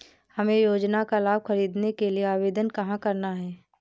हमें योजना का लाभ ख़रीदने के लिए आवेदन कहाँ करना है?